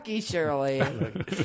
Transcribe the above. Shirley